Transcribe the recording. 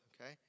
Okay